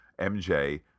MJ